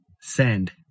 Send